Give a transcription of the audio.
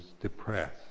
depressed